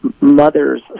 mothers